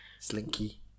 Slinky